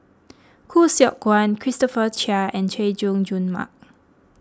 Khoo Seok Wan Christopher Chia and Chay Jung Jun Mark